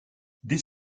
dès